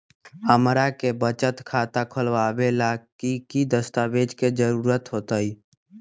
हमरा के बचत खाता खोलबाबे ला की की दस्तावेज के जरूरत होतई?